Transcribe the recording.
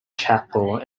chapel